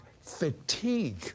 fatigue